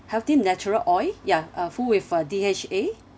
healthy natural oil ya uh full with uh D_H_A